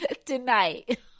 Tonight